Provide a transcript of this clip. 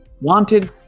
Wanted